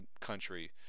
country